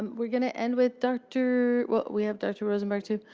um we're going to end with dr well, we have dr. rosenberg, too?